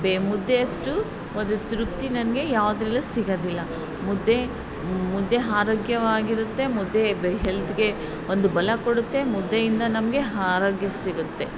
ಬೇ ಮುದ್ದೆ ಅಷ್ಟು ಒಂದು ತೃಪ್ತಿ ನನಗೆ ಯಾವುದ್ರಲ್ಲು ಸಿಗೋದಿಲ್ಲ ಮುದ್ದೆ ಮುದ್ದೆ ಆರೋಗ್ಯವಾಗಿರುತ್ತೆ ಮುದ್ದೆ ಹೆಲ್ತಿಗೆ ಒಂದು ಬಲ ಕೊಡುತ್ತೆ ಮುದ್ದೆಯಿಂದ ನಮಗೆ ಆರೋಗ್ಯ ಸಿಗುತ್ತೆ